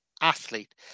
athlete